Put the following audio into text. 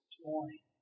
join